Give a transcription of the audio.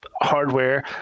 hardware